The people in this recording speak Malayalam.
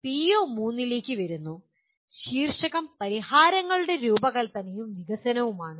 പിഒ3 ലേക്ക് വരുന്നു ശീർഷകം പരിഹാരങ്ങളുടെ രൂപകൽപ്പനയും വികസനവുമാണ്